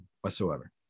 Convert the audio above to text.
whatsoever